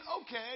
okay